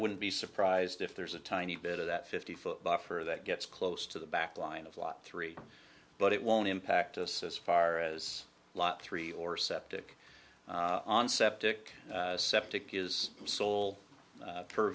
wouldn't be surprised if there's a tiny bit of that fifty foot buffer that gets close to the back line of lot three but it won't impact us as far as lot three or septic on septic septic is sol